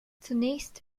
zunächst